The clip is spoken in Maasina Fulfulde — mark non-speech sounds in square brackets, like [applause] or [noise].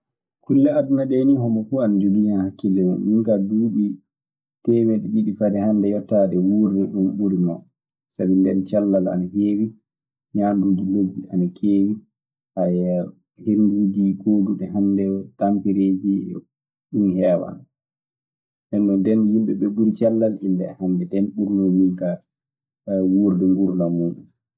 Kulle aduna ɗee nii hommo fuu ana jogii hen hakkille mum. Minkaa duuɓi teemeɗe ɗiɗi fade hannde yottaade, wurde ɗum ɓuranon sabi nden cellal ana heewi, ñaanduuji ɗii duu ana keewi. [hesitation] hennduuji gooduɗi hannde e tampereeji ɗum heewa. Neeno, nden yimɓe ɓee ɓuri cellal illa e hannde; nden ɓurmi minkaa eh wurde ngurndam muuɗum.